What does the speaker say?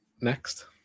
Next